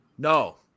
No